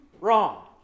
Wrong